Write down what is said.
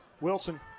Wilson